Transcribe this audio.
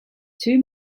two